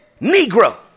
Negro